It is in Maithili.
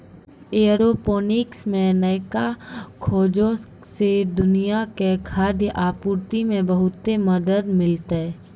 एयरोपोनिक्स मे नयका खोजो से दुनिया के खाद्य आपूर्ति मे बहुते मदत मिलतै